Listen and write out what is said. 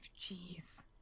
Jeez